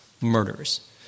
murders